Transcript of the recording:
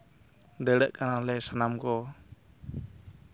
ᱫᱟᱹᱲᱟᱜ ᱠᱟᱱᱟᱞᱮ ᱥᱟᱱᱟᱢ ᱠᱚ